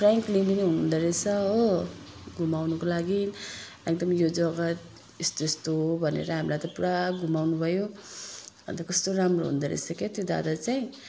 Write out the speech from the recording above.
frankly पनि हुनु हुँदो रहेछ हो घुमाउनुको लागि नि यो जगा यस्तो यस्तो भनेर हामीलाई त पुरा घुमाउनु भयो अन्त कस्तो राम्रो हुँदो रहेछ क्या त्यो दादा चाहिँ